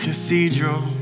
Cathedral